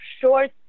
short